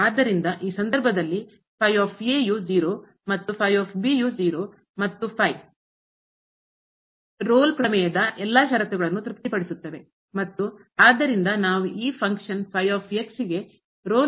ಆದ್ದರಿಂದ ಈ ಸಂದರ್ಭದಲ್ಲಿ ಮತ್ತು ಮತ್ತು Rolle ಪ್ರಮೇಯದ ಎಲ್ಲಾ ಶರತ್ತುಗಳನ್ನು ತೃಪ್ತಿಪಡಿಸುತ್ತವೆ ಮತ್ತು ಆದ್ದರಿಂದ ನಾವು ಈ ಫಂಕ್ಷನ್ ಕಾರ್ಯ ಗೆ Rolle ಪ್ರಮೇಯವನ್ನು ಅನ್ವಯಿಸಬಹುದು